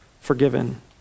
forgiven